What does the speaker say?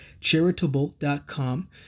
charitable.com